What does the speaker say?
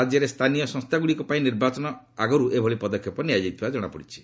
ରାଜ୍ୟରେ ସ୍ଥାନୀୟ ସଂସ୍ଥାଗୁଡ଼ିକ ପାଇଁ ନିର୍ବାଚନ ଆଗରୁ ଏଭଳି ପଦକ୍ଷେପ ନିଆଯାଇଛି